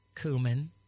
cumin